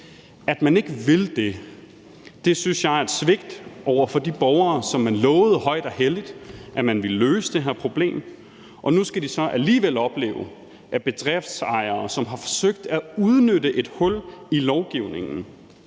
At man ikke vil det, synes jeg er et svigt over for de borgere, som man lovede højt og helligt, at man ville løse det her problem. Og nu skal de så alligevel opleve, at bedriftsejere, som har forsøgt at udnytte et hul i lovgivningen,